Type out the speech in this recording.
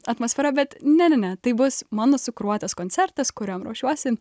atmosfera bet ne ne ne tai bus mano sukuruotas koncertas kuriam ruošiuosi